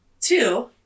Two